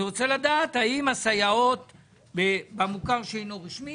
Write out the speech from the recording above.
אני רוצה לדעת האם הסייעות במוכר שאינו רשמי